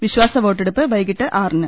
വിശ്വാസവോട്ടെടുപ്പ് വൈകിട്ട് ആറിന്